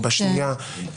או בשנייה,